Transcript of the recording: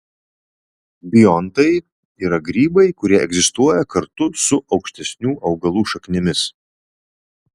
biontai yra grybai kurie egzistuoja kartu su aukštesnių augalų šaknimis